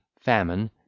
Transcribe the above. famine